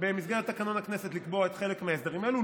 במסגרת תקנון הכנסת לקבוע חלק מההסדרים האלו,